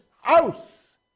house